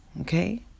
okay